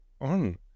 on